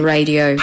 Radio